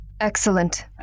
Excellent